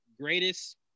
greatest